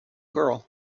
girl